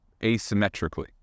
asymmetrically